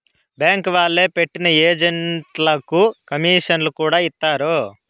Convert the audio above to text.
bank వాళ్లే పెట్టిన ఏజెంట్లకు కమీషన్లను కూడా ఇత్తారు